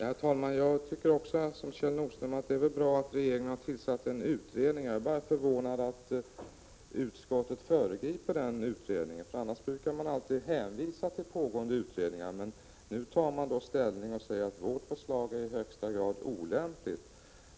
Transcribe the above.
Herr talman! Jag tycker precis som Kjell Nordström att det är bra att regeringen tillsatt en utredning. Jag är bara förvånad över att utskottet föregriper den utredningen. Annars brukar man alltid hänvisa till pågående utredningar. Nu tar man ställning och säger att vårt förslag är i högsta grad olämpligt.